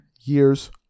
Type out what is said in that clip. years